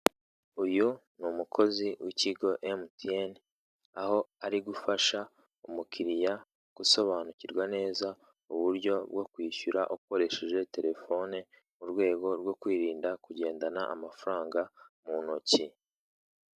Uyu ni umukozi w'ikigo MTN, aho ari gufasha umukiriya gusobanukirwa neza uburyo bwo kwishyura ukoresheje terefoni mu rwego rwo kwirinda kugendana amafaranga muntoki.